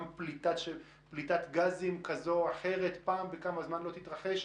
פליטת גזים כזו או אחרת פעם בכמה זמן לא תתרחש,